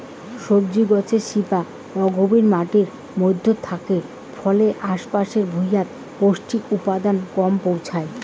সবজি গছের শিপা অগভীর মাটির মইধ্যত থাকে ফলে আশ পাশের ভুঁইয়ত পৌষ্টিক উপাদান কম পৌঁছায়